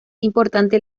importante